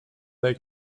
they